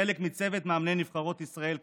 חלק מצוות מאמני נבחרות ישראל,